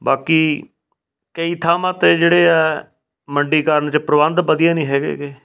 ਬਾਕੀ ਕਈ ਥਾਵਾਂ 'ਤੇ ਜਿਹੜੇ ਹੈ ਮੰਡੀਕਰਨ 'ਚ ਪ੍ਰਬੰਧ ਵਧੀਆ ਨਹੀਂ ਹੈਗੇ